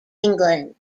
england